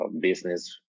business